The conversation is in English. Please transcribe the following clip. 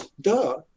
duh